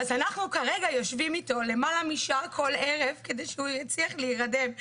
אז אנחנו כרגע יושבים איתו למעלה משעה כל ערב כדי שהוא יצליח להירדם.